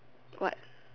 what